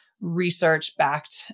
research-backed